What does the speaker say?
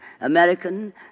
American